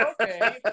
okay